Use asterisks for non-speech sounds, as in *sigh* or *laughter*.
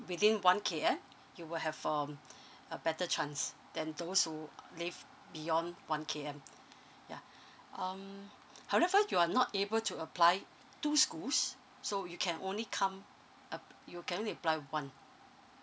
within one K_M you will have um *breath* a better chance than those who live beyond one K_M yeah um however you are not able to apply two schools so you can only come ap~ you can only apply one